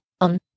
On